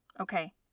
Okay